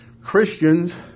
Christians